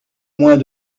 moins